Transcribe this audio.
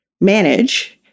manage